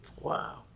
Wow